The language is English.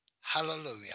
hallelujah